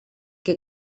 que